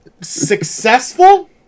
successful